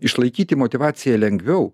išlaikyti motyvaciją lengviau